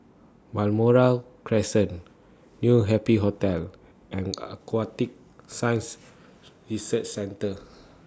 Balmoral Crescent New Happy Hotel and Aquatic Science Research Centre